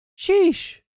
Sheesh